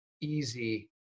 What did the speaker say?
easy